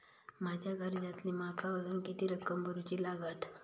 माझ्या कर्जातली माका अजून किती रक्कम भरुची लागात?